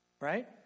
right